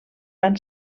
van